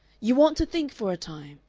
you want to think for a time,